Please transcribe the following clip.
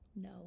No